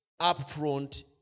upfront